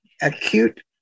acute